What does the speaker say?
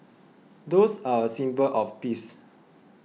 doves are a symbol of peace